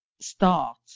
start